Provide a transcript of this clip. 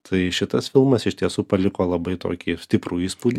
tai šitas filmas iš tiesų paliko labai tokį stiprų įspūdį